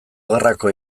gerrako